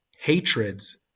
hatreds